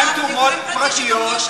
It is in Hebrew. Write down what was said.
מה עם תרומות פרטיות?